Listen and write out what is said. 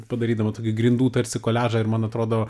padarydama tokį grindų tarsi koliažą ir man atrodo